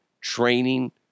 training